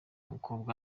mukobwa